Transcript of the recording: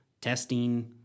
testing